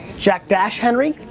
jack-dash-henry?